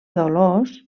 dolors